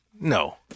No